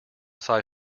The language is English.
sci